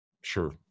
Sure